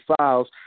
files